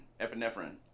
epinephrine